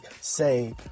say